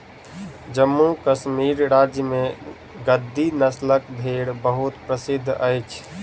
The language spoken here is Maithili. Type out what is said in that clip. जम्मू कश्मीर राज्य में गद्दी नस्लक भेड़ बहुत प्रसिद्ध अछि